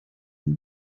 den